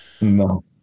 No